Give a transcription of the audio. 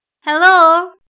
Hello